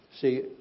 See